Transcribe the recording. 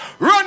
Run